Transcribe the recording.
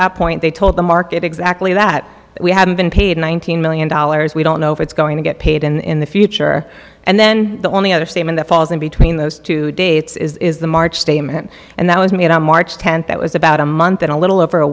that point they told the market exactly that we hadn't been paid one thousand million dollars we don't know if it's going to get paid in the future and then the only other statement that falls in between those two dates is the march statement and that was made on march tenth that was about a month and a little over a